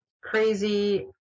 crazy